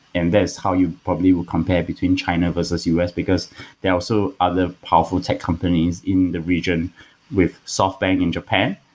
and that's how you probably will compare between china versus u s, because they are also other powerful tech companies in the region with softbank in japan,